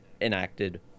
enacted